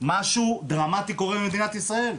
משהו רע ודרמטי קורה במדינת ישראל.